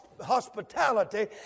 hospitality